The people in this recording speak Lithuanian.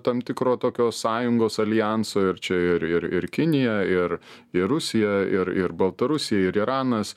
tam tikro tokio sąjungos aljanso ir čia ir ir ir kinija ir ir rusija ir ir baltarusija ir iranas